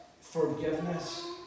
forgiveness